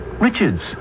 Richards